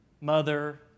mother